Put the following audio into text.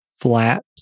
flat